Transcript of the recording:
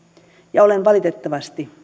ja olen valitettavasti